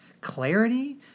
clarity